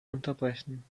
unterbrechen